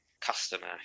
customer